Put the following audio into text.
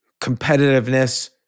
competitiveness